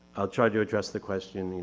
i'll try to address the question, you